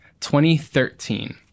2013